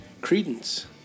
Credence